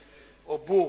בבקשה.